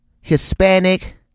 Hispanic